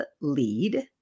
Lead